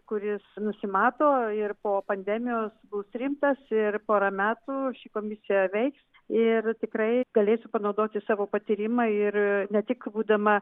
kuris nusimato ir po pandemijos bus rimtas ir porą metų ši komisija veiks ir tikrai galėsiu panaudoti savo patyrimą ir ne tik būdama